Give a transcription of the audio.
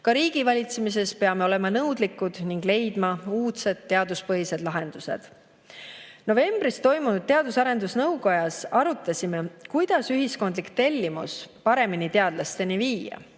Ka riigivalitsemises peame olema nõudlikud ning leidma uudsed teaduspõhised lahendused. Novembris toimunud Teadus- ja Arendusnõukogu [istungil] arutasime, kuidas ühiskondlik tellimus paremini teadlasteni viia.